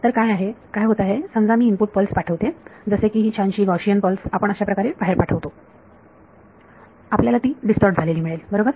तर काय होत आहे समजा मी इनपुट पल्स पाठवते जसे की ही छानशी गॉशियन पल्स आपण अशाप्रकारे बाहेर पाठवतो आपल्याला ती डिस्टॉर्ट झालेली मिळेल बरोबर